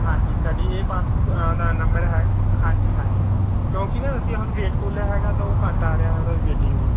ਹਾਂਜੀ ਸਾਡੀ ਇਹ ਪਾਸਬੁੱਕ ਅ ਦਾ ਨੰਬਰ ਹੈ ਹਾਂਜੀ ਹਾਂਜੀ ਕਿਉਂਕਿ ਨਾ ਅਸੀਂ ਹੁਣ ਵੇਟ ਤੋਲਿਆ ਹੈਗਾ ਤਾਂ ਉਹ ਘੱਟ ਆ ਰਿਹਾ ਹੈ ਉਹਦਾ ਵੀ ਵੇਟਿੰਗ ਜੀ